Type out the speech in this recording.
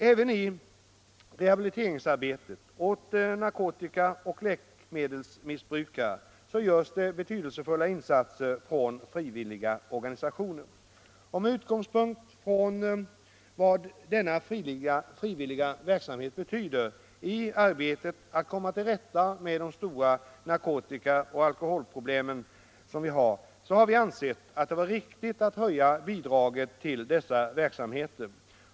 Även i rehabiliteringsarbetet för narkotika och läkemedelsmissbrukare görs det betydelsefulla insatser från frivilliga organisationer. Med utgångspunkt i vad denna frivilliga verksamhet betyder i arbetet att komma till rätta med de stora narkotika och alkoholproblemen har vi ansett det vara riktigt att höja bidraget till dessa verksamheter.